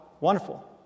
Wonderful